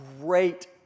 great